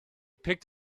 picked